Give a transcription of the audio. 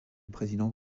président